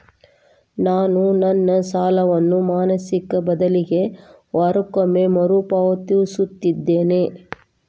ನಾನು ನನ್ನ ಸಾಲವನ್ನು ಮಾಸಿಕ ಬದಲಿಗೆ ವಾರಕ್ಕೊಮ್ಮೆ ಮರುಪಾವತಿಸುತ್ತಿದ್ದೇನೆ